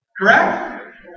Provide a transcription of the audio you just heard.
Correct